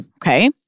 Okay